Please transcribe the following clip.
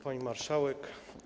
Pani Marszałek!